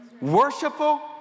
worshipful